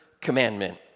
commandment